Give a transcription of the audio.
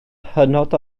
hynod